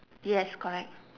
yes correct